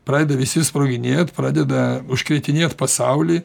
pradeda visi sproginėt pradeda užkrėtinėt pasaulį